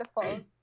Beautiful